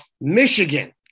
Michigan